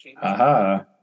Aha